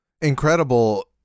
incredible